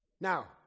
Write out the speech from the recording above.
Now